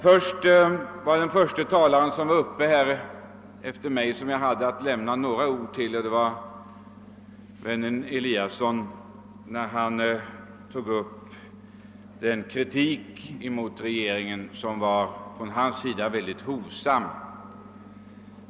Först vill jag säga några ord till den, talare som först var uppe här efter mig, vännen Eliasson i Sundborn. Den kritik mot regeringen som han tog upp var mycket hovsam.